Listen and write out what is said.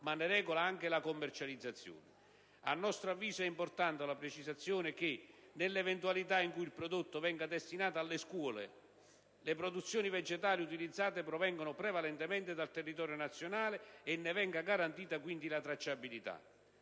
ma regola anche la commercializzazione. A nostro avviso, è importante la precisazione che, nell'eventualità in cui il prodotto venga destinato alle scuole, le produzioni vegetali utilizzate provengano prevalentemente dal territorio nazionale e ne venga garantita quindi la tracciabilità.